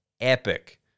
epic